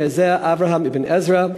היה זה אברהם אבן עזרא,